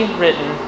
written